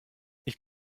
ich